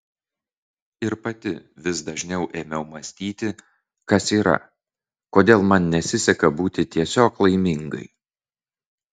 ir pati vis dažniau ėmiau mąstyti kas yra kodėl man nesiseka būti tiesiog laimingai